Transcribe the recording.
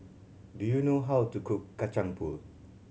do you know how to cook Kacang Pool